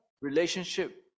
relationship